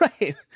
right